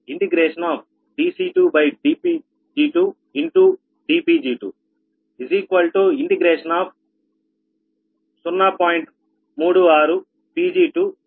09 Pg1241 Pg1K1 అదేవిధంగా C2dC2dPg2 dPg20